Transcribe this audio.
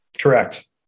Correct